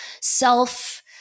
self-